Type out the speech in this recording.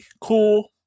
cool